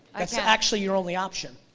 that's actually your only option.